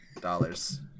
dollars